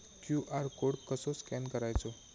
QR code कसो scan करायचो?